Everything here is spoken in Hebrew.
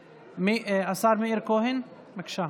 השר מאיר כהן, בבקשה.